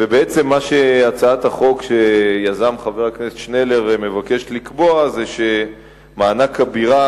הצעת החוק שיזם חבר הכנסת שנלר מבקשת לקבוע שמענק הבירה